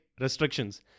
restrictions